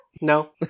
no